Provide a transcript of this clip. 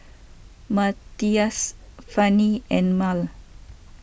Mathias Fanny and Mal